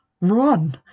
Run